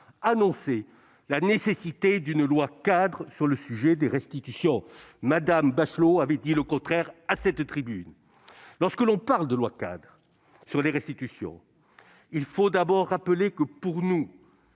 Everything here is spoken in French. annonçait la nécessité d'une loi-cadre sur le sujet des restitutions ; Mme Roselyne Bachelot avait dit le contraire à cette tribune. Lorsque l'on parle de loi-cadre sur les restitutions, il faut d'abord rappeler que, pour nous,